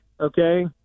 okay